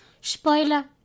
Spoiler